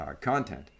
content